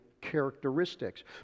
characteristics